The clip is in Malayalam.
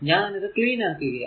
ഞാൻ ഇത് ക്ലീൻ ആക്കുകയാണ്